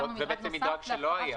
זה מדרג שלא היה.